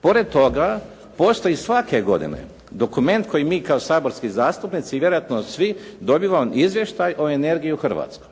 Pored toga postoji svake godine dokument koji mi kao saborski zastupnici i vjerojatno svi dobivamo izvještaj o energiji u Hrvatskoj.